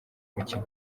mukino